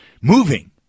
moving